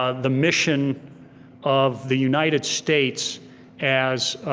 ah the mission of the united states as